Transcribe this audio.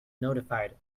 notified